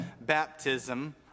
baptism